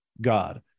God